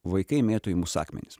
vaikai mėto į mus akmenis